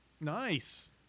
Nice